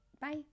Bye